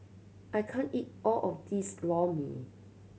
I can't eat all of this Lor Mee